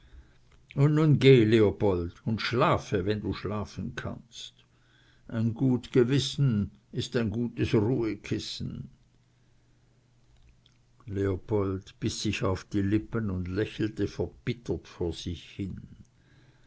und nun geh leopold und schlafe wenn du schlafen kannst ein gut gewissen ist ein gutes ruhekissen leopold biß sich auf die lippen und lächelte verbittert vor sich hin